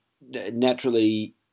naturally